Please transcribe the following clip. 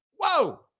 Whoa